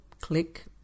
click